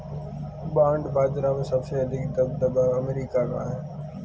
bond बाजार में सबसे अधिक दबदबा अमेरिका का है